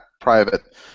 private